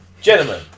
gentlemen